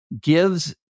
gives